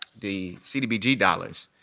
the cdbg dollars,